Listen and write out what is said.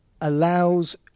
allows